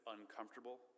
uncomfortable